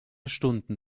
stunden